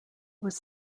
was